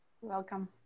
welcome